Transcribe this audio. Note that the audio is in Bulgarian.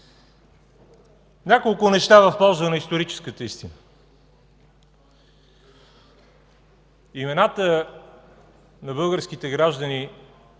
Няколко неща в полза на историческата истина. Имената на българските граждани,